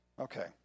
Okay